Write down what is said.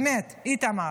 באמת, איתמר,